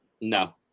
No